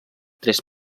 tres